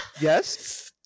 yes